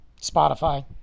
Spotify